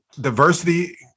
diversity